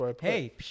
Hey